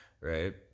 right